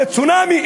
זה צונאמי,